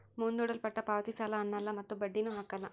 ಮುಂದೂಡಲ್ಪಟ್ಟ ಪಾವತಿ ಸಾಲ ಅನ್ನಲ್ಲ ಮತ್ತು ಬಡ್ಡಿನು ಹಾಕಲ್ಲ